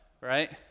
right